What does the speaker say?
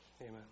Amen